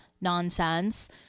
nonsense